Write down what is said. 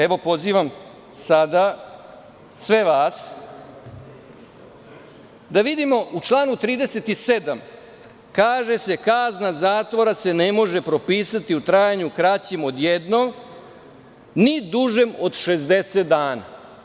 Evo pozivam sada vas da vidimo, u članu 37. kaže se – kazna zatvora se ne može propisati u trajanju kraćim od jednog ni dužim od 60 dana.